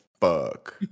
fuck